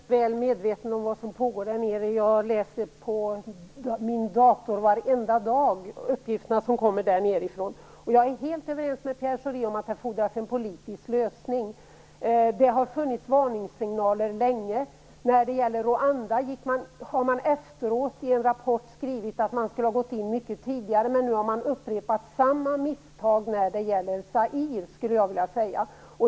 Herr talman! Jag är väl medveten om vad som pågår där nere. Jag läser de uppgifter som kommer där nedifrån på min dator varenda dag, och jag är helt överens med Pierre Schori om att det här fordras en politisk lösning. Det har funnits varningssignaler länge. När det gäller Rwanda har man efteråt i en rapport skrivit att man skulle ha gått in mycket tidigare, men nu har man upprepat samma misstag när det gäller Zaire, skulle jag vilja säga.